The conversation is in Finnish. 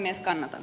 kannatan